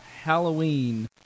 Halloween